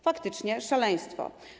Faktycznie, szaleństwo.